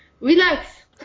relax